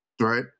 Right